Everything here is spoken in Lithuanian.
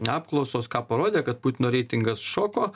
apklausos ką parodė kad putino reitingas šoko